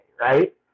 right